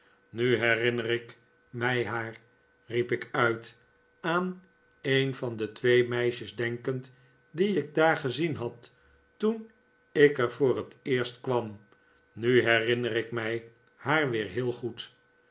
nu herinner ik mij haar riep ik uit aan een van de twee meisjes denkend die ik daar gezien had toen ik er voor het eerst kwam nu herinner ik mij haar weer heel goed